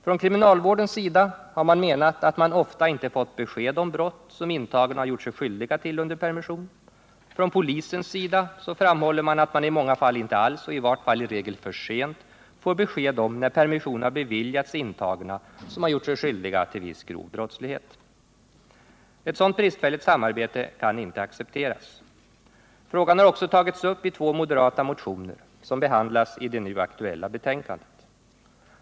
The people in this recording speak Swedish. Från kriminalvårdens sida har man menat att man ofta inte fått besked om brott som intagna gjort sig skyldiga till under permission. Från polisens sida framhålls att man i många fall inte alls och i vart fall i regel för sent får besked om när permission har beviljats intagna, som har gjort sig skyldiga till grov brottslighet. Ett sådant bristfälligt samarbete kan inte accepteras. Frågan har också tagits upp i två moderata motioner, som behandlas i det nu aktuella betänkandet.